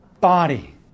body